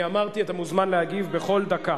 אני אמרתי, אתה מוזמן להגיב בכל דקה.